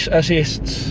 assists